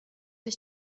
ich